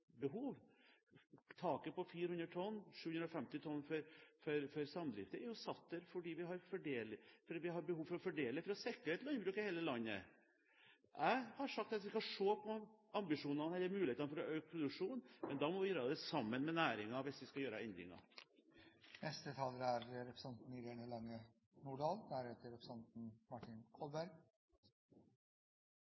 behov for å fordele for å sikre landbruk i hele landet. Jeg har sagt at vi skal se på mulighetene for å øke produksjonen, men hvis vi skal gjøre endringer, må vi gjøre det sammen med næringen. Representanten Irene Lange